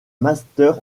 master